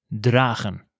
dragen